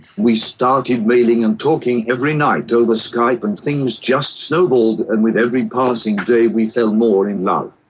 we started mailing and talking every night over skype, and things just snowballed, and with every passing day we fell more in love.